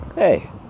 Hey